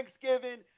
Thanksgiving